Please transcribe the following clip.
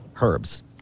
herbs